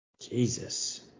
Jesus